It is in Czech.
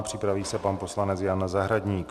Připraví se pan poslanec Jan Zahradník.